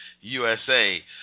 USA